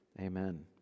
Amen